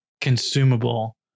consumable